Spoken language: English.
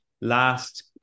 Last